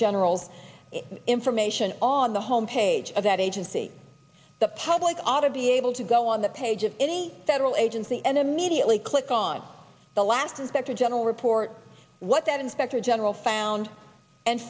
general's information on the home page of that agency the public ought to be able to go on the page of any federal agency and immediately click on the last inspector general report what that inspector general found and